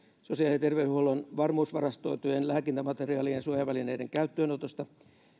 sosiaali ja terveydenhuollon varmuusvarastoitujen lääkintämateriaalien ja suojavälineiden käyttöönotosta